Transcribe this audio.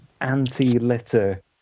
anti-litter